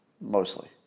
mostly